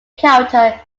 character